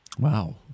Wow